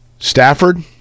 Stafford